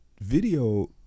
video